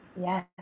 Yes